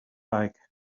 bag